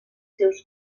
seus